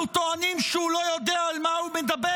טוענים שהוא לא יודע על מה הוא מדבר?